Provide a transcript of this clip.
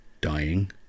dying